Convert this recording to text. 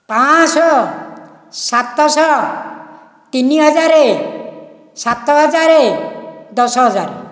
ପାଞ୍ଚଶହ ସାତଶହ ତିନିହଜାର ସାତହଜାର ଦଶହଜାର